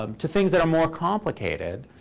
um to things that are more complicated